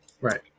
Right